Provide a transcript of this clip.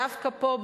דווקא פה,